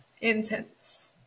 intense